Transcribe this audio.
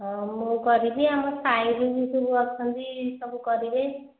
ହଁ ମୁଁ କରିବି ଆମ ସାହିରେ ବି ସବୁ ଅଛନ୍ତି ସବୁ କରିବେ